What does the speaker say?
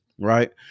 right